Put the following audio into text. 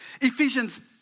Ephesians